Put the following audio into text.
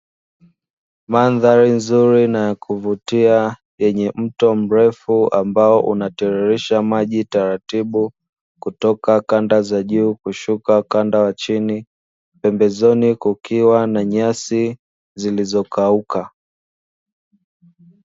Mandhari nzuri na ya kuvutia, yenye mto mrefu ambao unatiririsha maji taratibu, kutoka kanda za juu kushuka ukanda wa chini, pembezoni kukiwa na nyasi zilizokauka.